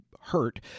hurt